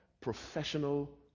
professional